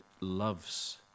loves